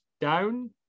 down